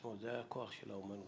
כשלעצמו זה הכוח של האומנות.